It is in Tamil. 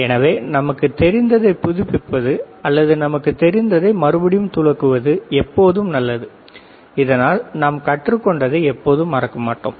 எனவே நமக்குத் தெரிந்ததை புதுப்பிப்பது அல்லது நமக்குத் தெரிந்ததைத் துலக்குவது எப்போதும் நல்லது இதனால் நாம் கற்றுக்கொண்டதை எப்போதும் மறக்க மாட்டோம்